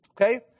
Okay